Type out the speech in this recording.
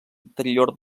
anterior